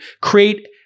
create